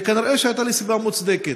וכנראה שהייתה לי סיבה מוצדקת,